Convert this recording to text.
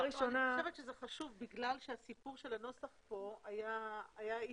אני חושבת שזה חשוב בגלל שהסיפור של הנוסח כאן היה אישיו.